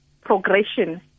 progression